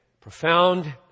profound